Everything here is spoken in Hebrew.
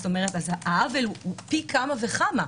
אז העוול הוא פי כמה וכמה.